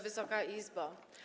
Wysoka Izbo!